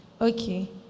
Okay